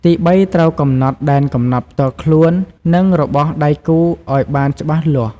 ទីបី ត្រូវ កំណត់ដែនកំណត់ ផ្ទាល់ខ្លួន និងរបស់ដៃគូឱ្យបានច្បាស់លាស់។